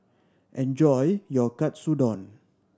enjoy your Katsudon